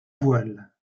voile